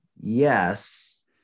Yes